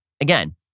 again